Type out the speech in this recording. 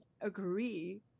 agree